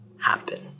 happen